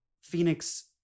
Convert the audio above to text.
Phoenix